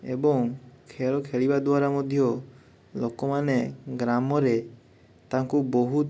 ଏବଂ ଖେଳ ଖେଳିବା ଦ୍ଵାରା ମଧ୍ୟ ଲୋକମାନେ ଗ୍ରାମରେ ତାଙ୍କୁ ବହୁତ୍